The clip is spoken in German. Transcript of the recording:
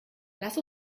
lass